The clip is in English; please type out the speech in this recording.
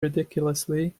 ridiculously